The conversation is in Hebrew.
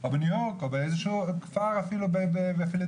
או בניו יורק או באיזשהו כפר אפילו בפילדלפיה.